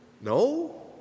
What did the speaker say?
No